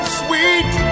sweet